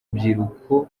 rubyiruko